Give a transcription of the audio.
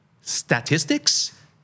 statistics